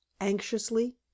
anxiously